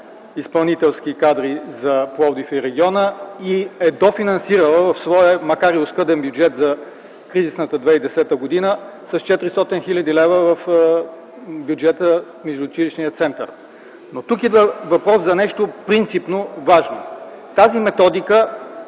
изпълнителски кадри за Пловдив и региона и е дофинансирала със своя, макар и оскъден бюджет за кризисната 2010 г. с 400 хил. лв. бюджета на междуучилищния център. Тук идва въпрос за нещо принципно важно. Тази методика не